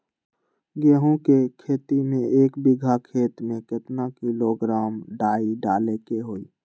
गेहूं के खेती में एक बीघा खेत में केतना किलोग्राम डाई डाले के होई?